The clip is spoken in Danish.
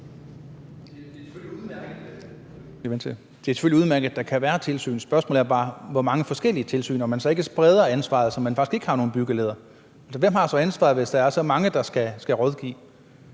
Det er selvfølgelig udmærket, at der kan være tilsyn. Spørgsmålet er bare, hvor mange forskellige tilsyn der skal være, altså om man så ikke spreder ansvaret, så man faktisk ikke har nogen byggeleder. Hvem har så ansvaret, hvis der er så mange, der skal rådgive?